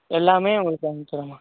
எல்லாமே உங்களுக்கு அமுச்சிட்றேம்மா